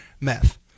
meth